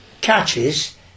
catches